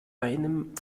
einem